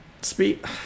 speak